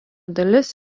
dalis